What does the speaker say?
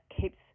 keeps